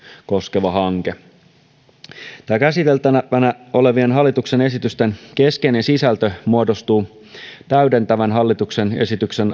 koskeva hanke näiden käsiteltävänä olevien hallituksen esitysten keskeinen sisältö muodostuu täydentävän hallituksen esityksen